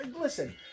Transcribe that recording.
Listen